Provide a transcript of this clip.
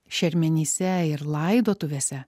šermenyse ir laidotuvėse